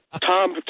tom